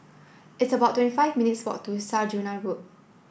it's about twenty five minutes' walk to Saujana Road